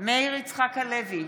מאיר יצחק הלוי,